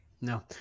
no